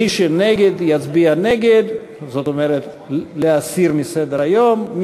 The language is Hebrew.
ומי שנגד יצביע נגד, זאת אומרת להסיר מסדר-היום.